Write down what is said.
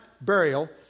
burial